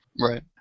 Right